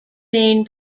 main